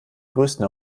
größten